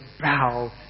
bow